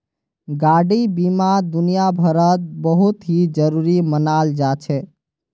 गाडी बीमा दुनियाभरत बहुत ही जरूरी मनाल जा छे